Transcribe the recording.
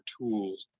tools